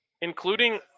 including